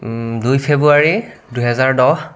দুই ফেব্ৰুৱাৰী দুই হেজাৰ দহ